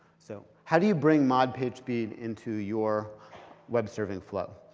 so how do you bring mod pagespeed into your web server flow?